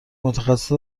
متخصص